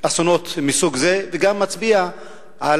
אסונות מסוג זה, וגם מצביע על